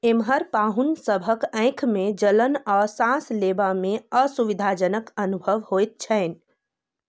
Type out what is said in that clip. एमहर पाहुनसभक आँखिमे जलन आ साँस लेबामे असुविधाजनक अनुभव होइत छनि